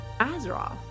Azeroth